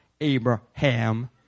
Abraham